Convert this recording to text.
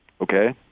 Okay